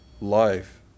life